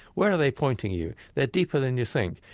where are they pointing you? they're deeper than you think.